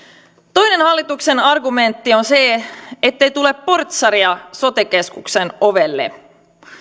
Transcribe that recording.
toinen hallituksen argumentti on se ettei tule portsaria sote keskuksen ovelle